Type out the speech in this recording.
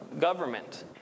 government